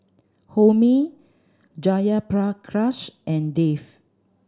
Homi Jayaprakash and Dev